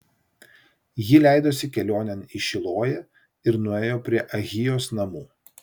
ji leidosi kelionėn į šiloją ir nuėjo prie ahijos namų